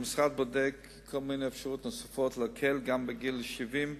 המשרד בודק כל מיני אפשרויות נוספות להקל גם בגיל 70,